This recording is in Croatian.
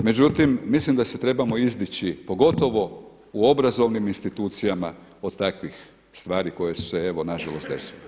Međutim, mislim da se trebamo izdići pogotovo u obrazovnim institucijama od takvih stvari koje su se evo na žalost desile.